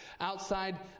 outside